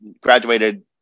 graduated